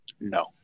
No